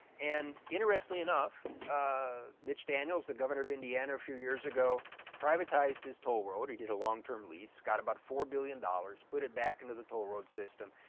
and interestingly enough ah mitch daniels the governor of indiana a few years ago privatized this toll road, he did a long term lease. got about four billion dollars, put it back into the toll road system.